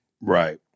Right